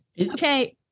Okay